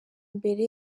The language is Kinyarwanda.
mbere